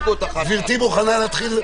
גברתי מוכנה להתחיל?